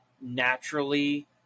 naturally